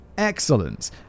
excellent